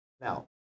now